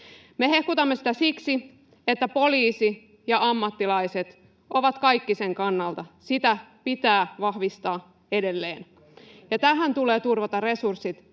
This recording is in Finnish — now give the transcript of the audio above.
Me hehkutamme sitä siksi, että poliisi ja ammattilaiset ovat kaikki sen kannalla, sitä pitää vahvistaa edelleen. Tähän tulee turvata resurssit